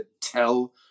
Tell